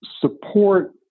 support